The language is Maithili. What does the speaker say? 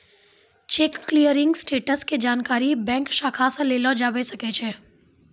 चेक क्लियरिंग स्टेटस के जानकारी बैंक शाखा से लेलो जाबै सकै छै